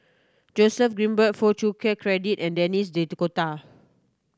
Joseph Grimberg Foo Chee Keng Cedric and Denis D'Cotta